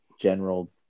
General